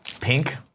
Pink